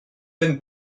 been